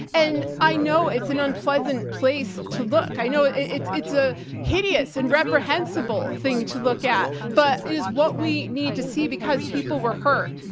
and i know it's an unpleasant place to look. i know it's it's a hideous and reprehensible thing to look at, but it is what we need to see because people were hurt.